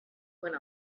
went